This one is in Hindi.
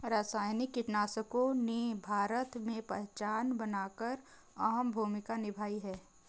रासायनिक कीटनाशकों ने भारत में पहचान बनाकर अहम भूमिका निभाई है